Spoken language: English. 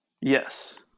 yes